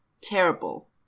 Terrible